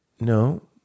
No